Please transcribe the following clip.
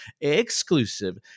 exclusive